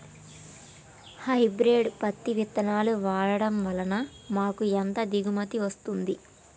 Hybrid పత్తి విత్తనాలు వాడడం వలన మాకు ఎంత దిగుమతి వస్తుంది?